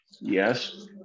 Yes